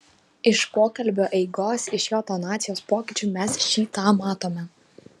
iš pokalbio eigos iš jo tonacijos pokyčių mes šį tą matome